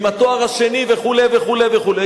עם התואר השני וכו' וכו',